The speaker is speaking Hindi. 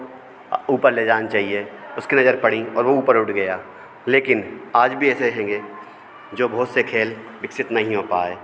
ऊपर ले जाना चाहिए उसकी नज़र पड़ी और वह ऊपर उठ गया लेकिन आज भी ऐसे हैंगे जो बहुत से खेल विकसित नहीं हो पाए